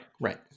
right